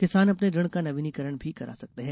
किसान अपने ऋण का नवीनीकरण भी करा सकते हैं